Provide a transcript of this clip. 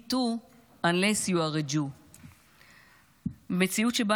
Me too unless you’re a Jew. במציאות שבה